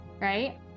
right